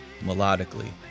melodically